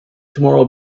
tomorrow